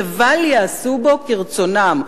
לבל יעשו בו כרצונם,